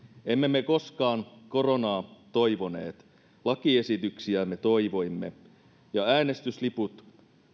emme me koskaan koronaa toivoneet lakiesityksiä me toivoimme ja äänestysliput